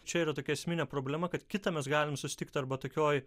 čia yra tokia esminė problema kad kitą mes galim susitikt arba tokioj